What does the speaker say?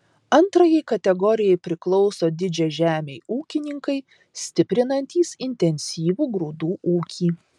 antrajai kategorijai priklauso didžiažemiai ūkininkai stiprinantys intensyvų grūdų ūkį